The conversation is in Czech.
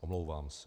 Omlouvám se.